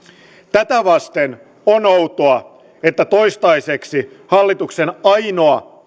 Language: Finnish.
tätä vasten on outoa että toistaiseksi hallituksen ainoa